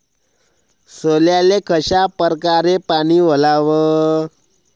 सोल्याले कशा परकारे पानी वलाव?